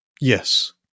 Yes